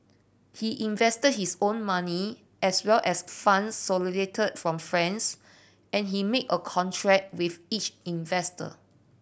he invested his own money as well as funds solicited from friends and he made a contract with each investor